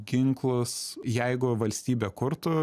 ginklus jeigu valstybė kurtų